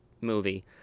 movie